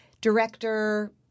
director